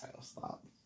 stop